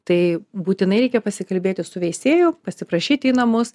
tai būtinai reikia pasikalbėti su veisėju pasiprašyti į namus